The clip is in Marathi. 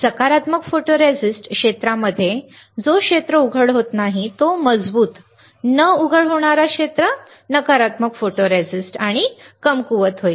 सकारात्मक फोटोरेसिस्ट क्षेत्रामध्ये जो उघड होत नाही तो मजबूत उघड न होणारा नकारात्मक फोटोरिस्टिस्ट क्षेत्र कमकुवत होईल